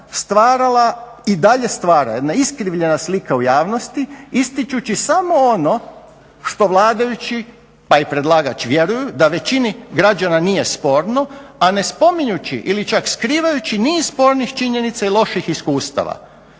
stvarala i dalje stvara jedna iskrivljena slika u javnosti ističući samo ono što vladajući pa i predlagač vjeruju da većini građana nije sporno a ne spominjući ili čak skrivajući niz spornih činjenica i loših iskustava.